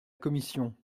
commission